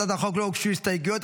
להצעת החוק לא הוגשו הסתייגויות,